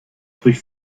durch